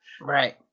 right